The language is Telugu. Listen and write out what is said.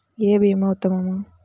ఏ భీమా ఉత్తమము?